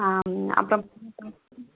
அப்புறம்